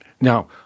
Now